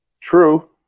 True